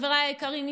חבריי היקרים,